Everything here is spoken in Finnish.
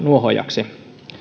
nuohoojaksi